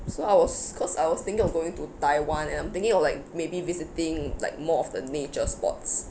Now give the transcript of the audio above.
so I was cause I was thinking of going to taiwan and I'm thinking of like maybe visiting like more of the nature spots